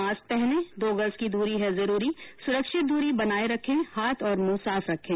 mask पहनें दो गज दूरी है जरूरी सुरक्षित दूरी बनाये रखें हाथ और मुंह साफ रखें